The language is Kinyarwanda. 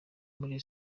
muri